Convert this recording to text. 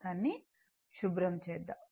దానిని శుభ్రం చేద్దాం